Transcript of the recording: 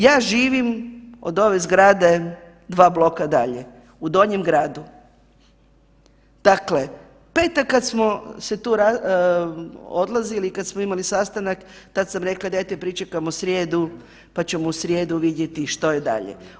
Ja živim od ove zgrade dva bloka dalje, u donjem gradu, dakle petak kad smo se tu odlazili, kad smo imali sastanak tad sam rekla dajte pričekajmo srijedu, pa ćemo u srijedu vidjeti što je dalje.